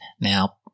now